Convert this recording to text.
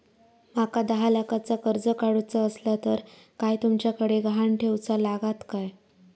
माका दहा लाखाचा कर्ज काढूचा असला तर काय तुमच्याकडे ग्हाण ठेवूचा लागात काय?